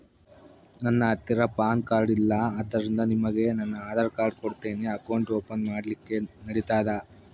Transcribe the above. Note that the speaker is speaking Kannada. ನನ್ನ ಹತ್ತಿರ ಪಾನ್ ಕಾರ್ಡ್ ಇಲ್ಲ ಆದ್ದರಿಂದ ನಿಮಗೆ ನನ್ನ ಆಧಾರ್ ಕಾರ್ಡ್ ಕೊಡ್ತೇನಿ ಅಕೌಂಟ್ ಓಪನ್ ಮಾಡ್ಲಿಕ್ಕೆ ನಡಿತದಾ?